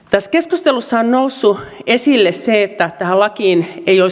tässä keskustelussa on noussut esille se että tähän lakiin